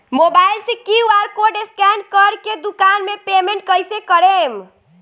Mobile से QR code scan कर के दुकान मे पेमेंट कईसे करेम?